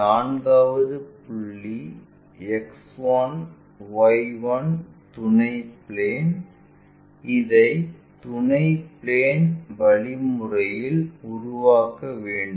4 வது புள்ளி X 1 Y 1 துணை பிளேன் இதை துணை பிளேன் வழிமுறையில் உருவாக்க வேண்டும்